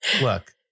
look